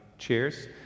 Cheers